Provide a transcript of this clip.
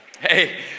Hey